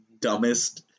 dumbest